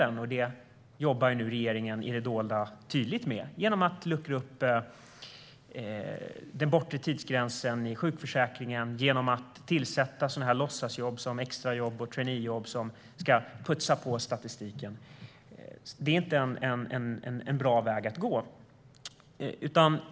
Regeringen jobbar tydligen i det dolda med att luckra upp den bortre tidsgränsen i sjukförsäkringen, tillsätta låtsasjobb, det vill säga extrajobb och traineejobb, som ska putsa på statistiken. Det är inte en bra väg att gå.